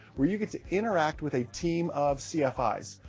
where you get to interact with a team of cfis.